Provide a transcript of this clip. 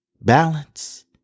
Balance